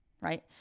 right